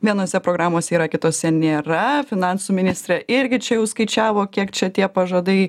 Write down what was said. vienose programose yra kitose nėra finansų ministrė irgi čia jau skaičiavo kiek čia tie pažadai